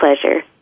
pleasure